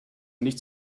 nicht